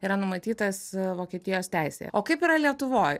yra numatytas vokietijos teisėje o kaip yra lietuvoj